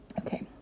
Okay